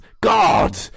God